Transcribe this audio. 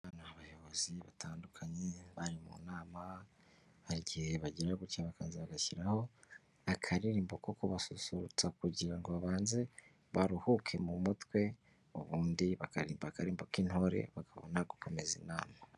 Aba ni abayobozi batandukanye bari mu nama, hari igihe bagira gutya bakaza bagashyiraho akaririmbo ko kubasusurutsa kugira ngo babanze baruhuke mu mutwe ubundi bakarimba akaribo k'intore bakabona gukomeza inama.